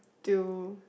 do